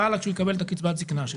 והלאה כשהוא יקבל את קצבת הזקנה שלו.